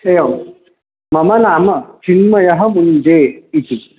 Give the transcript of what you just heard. एवं मम नाम चिन्मयः मुञ्जे इति